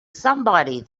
somebody